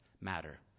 matter